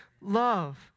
love